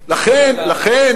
לכן,